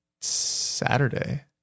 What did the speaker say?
Saturday